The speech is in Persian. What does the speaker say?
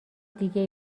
دیگه